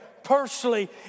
personally